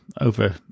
over